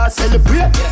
celebrate